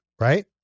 right